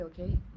okay